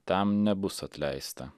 tam nebus atleista